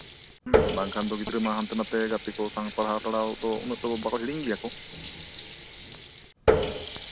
ᱦᱩᱸ ᱵᱟᱝᱠᱷᱟᱱ ᱫᱚ ᱜᱤᱫᱽᱨᱟᱹ ᱠᱚ ᱢᱟ ᱦᱟᱱᱛᱮᱼᱱᱟᱛᱮ ᱜᱟᱛᱮ ᱠᱚ ᱥᱟᱶ ᱵᱟᱝᱠᱷᱟᱱ ᱫᱚ ᱯᱟᱲᱦᱟᱣᱼᱴᱟᱲᱦᱟᱣ ᱫᱚ ᱩᱱᱟᱹᱜ ᱫᱚ ᱵᱟᱠᱚ ᱦᱤᱲᱤᱧ ᱜᱮᱭᱟ ᱠᱚ